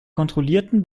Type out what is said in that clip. kontrollierten